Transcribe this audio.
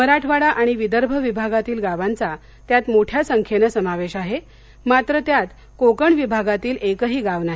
मराठवाडा आणि विदर्भ विभागातील गावांचा त्यात मोठ्या संख्येनं समावेश आहे मात्र त्यात कोकण विभागातील एकही गाव नाही